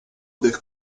del